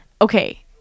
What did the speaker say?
Okay